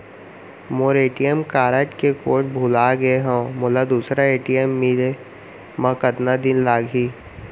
मोर ATM card के code भुला गे हव, मोला दूसर ए.टी.एम मिले म कतका दिन लागही?